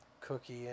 Cookie